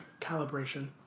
calibration